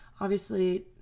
obviously-